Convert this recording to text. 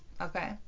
Okay